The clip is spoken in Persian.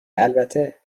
البته